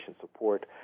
support